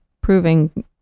proving